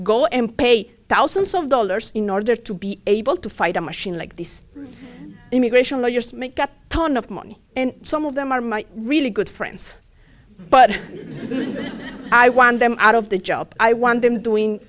go and pay thousands of dollars in order to be able to fight a machine like this immigration lawyers make up a ton of money and some of them are my really good friends but i want them out of the job i want them doing